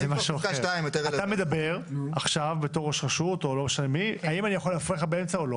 ראש רשות מדבר והשאלה היא האם אני יכול להפריע לו באמצע או לא.